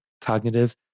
cognitive